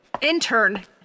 Intern